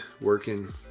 working